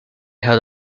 had